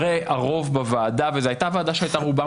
רוב החברים בוועדה וזו הייתה ועדה שרובה